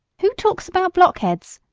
who talks about blockheads?